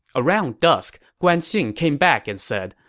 around dusk, guan xing came back and said,